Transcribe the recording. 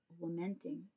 lamenting